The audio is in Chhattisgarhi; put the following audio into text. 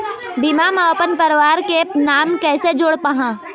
बीमा म अपन परवार के नाम कैसे जोड़ पाहां?